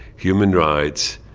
human rights,